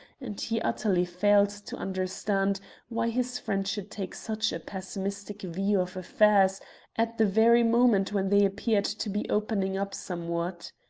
and he utterly failed to understand why his friend should take such a pessimistic view of affairs at the very moment when they appeared to be opening up somewhat.